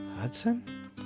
Hudson